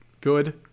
good